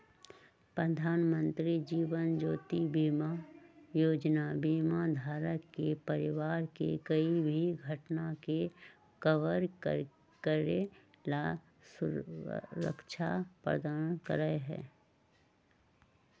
प्रधानमंत्री जीवन ज्योति बीमा योजना बीमा धारक के परिवार के कोई भी घटना के कवर करे ला सुरक्षा प्रदान करा हई